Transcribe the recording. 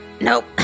nope